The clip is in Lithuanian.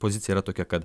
pozicija yra tokia kad